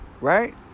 right